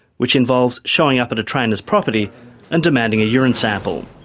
which involves showing up at a trainer's property and demanding a urine sample.